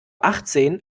achtzehn